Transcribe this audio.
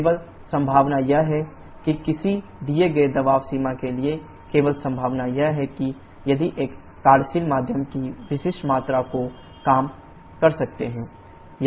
केवल संभावना यह है कि किसी दिए गए दबाव सीमा के लिए केवल संभावना यह है कि यदि हम कार्यशील माध्यम की विशिष्ट मात्रा को कम कर सकते हैं